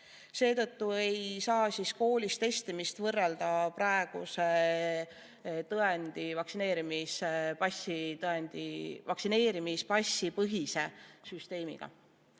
Seetõttu ei saa koolis testimist võrrelda praeguse vaktsineerimispassipõhise süsteemiga.